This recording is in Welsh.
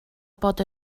bod